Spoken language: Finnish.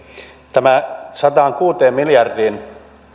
tämä sataankuuteen miljardiin